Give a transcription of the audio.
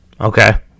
Okay